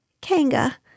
Kanga